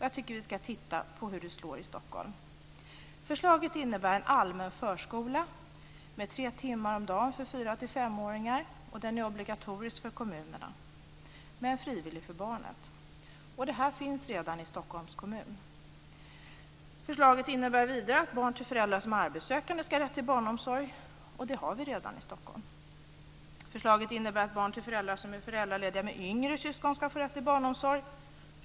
Jag tycker att vi ska titta på hur det slår i Stockholm. Förslaget innebär en allmän förskola tre timmar om dagen för 4-5-åringar, och den är obligatorisk för kommunerna men frivillig för barnet. Det här finns redan i Stockholms kommun. Förslaget innebär vidare att barn till föräldrar som är arbetssökande ska ha rätt till barnomsorg, och så är det redan i Stockholm. Förslaget innebär att barn till föräldrar som är föräldralediga med yngre syskon ska få rätt till barnomsorg.